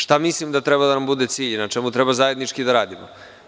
Šta mislim da treba da nam bude cilj i na čemu treba zajednički da radimo?